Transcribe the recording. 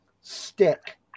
Stick